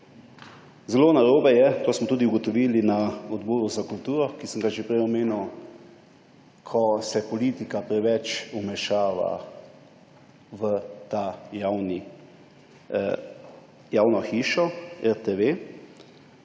Zelo narobe je, to smo tudi ugotovili na Odboru za kulturo, ki sem ga že prej omenil, ko se politika preveč vmešava v to javno hišo RTV.